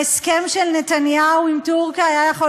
ההסכם של נתניהו עם טורקיה היה יכול